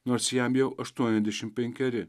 nors jam jau aštuoniasdešim penkeri